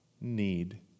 need